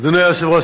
אדוני היושב-ראש,